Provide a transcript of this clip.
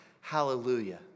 Hallelujah